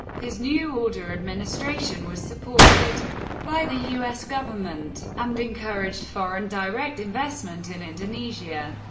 his new order administration was supported by the us government, and encouraged foreign direct investment in indonesia,